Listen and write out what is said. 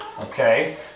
okay